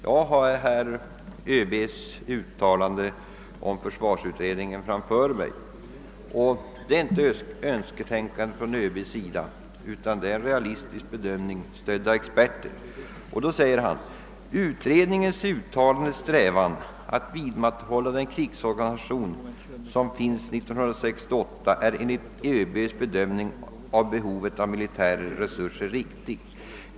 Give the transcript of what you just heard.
Jag har ÖB:s uttalande om försvarsutredningen framför mig, och det rör sig inte om önsketänkande från ÖB:s sida utan om en realistisk bedömning, stödd av experter. Det framhålles bland annat följande: »Utredningens uttalade strävan att vidmakthålla den krigsorganisation som finns 1968 är enligt öB bedömning av behovet av militära resurser riktig.